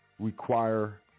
Require